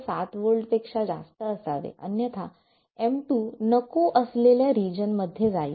7 व्होल्टपेक्षा जास्त असावे अन्यथा M2 नको असलेल्या रिजन मध्ये जाईल